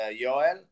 Joel